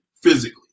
Physically